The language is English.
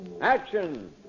Action